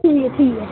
ठीक ऐ ठीक ऐ